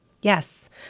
Yes